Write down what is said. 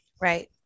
Right